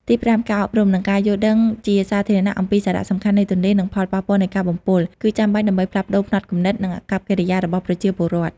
ទីប្រាំ ការអប់រំ និងការយល់ដឹងជាសាធារណៈអំពីសារៈសំខាន់នៃទន្លេ និងផលប៉ះពាល់នៃការបំពុល គឺចាំបាច់ដើម្បីផ្លាស់ប្តូរផ្នត់គំនិត និងអាកប្បកិរិយារបស់ប្រជាពលរដ្ឋ។